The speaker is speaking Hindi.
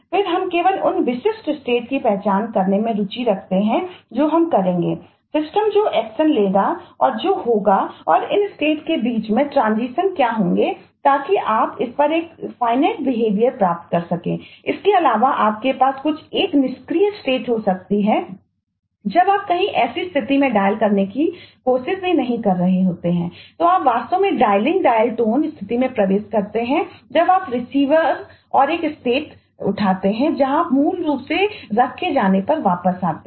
फिर हम केवल उन विशिष्ट स्टेट उठाते हैंजहां आप मूल रूप से रखें जाने पर वापस आते हैं